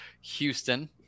Houston